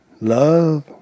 love